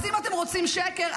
אז אם אתם רוצים שקר,